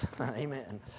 Amen